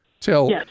till